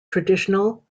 traditional